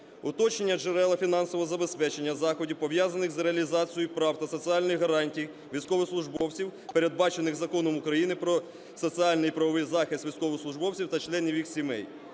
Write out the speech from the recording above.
Уточнення джерела фінансового забезпечення заходів, пов’язаних з реалізацією прав та соціальних гарантій військовослужбовців, передбачених Законом України "Про соціальний і правовий захист військовослужбовців та членів їх сімей".